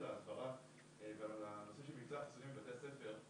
ההסברה ועל הנושא של מבצע החיסונים בבתי הספר.